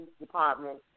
department